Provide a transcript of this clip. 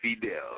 Fidel